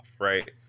right